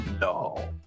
no